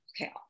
Okay